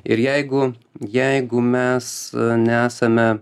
ir jeigu jeigu mes nesame